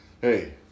Hey